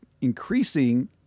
increasing